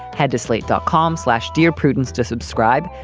head to slate dot com slash. dear prudence to subscribe.